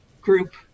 group